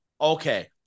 Okay